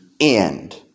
end